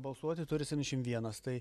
balsuoti turi septynšim vienas tai